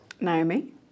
Naomi